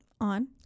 On